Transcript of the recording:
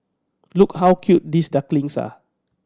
look how cute these ducklings are